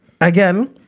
again